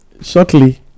Shortly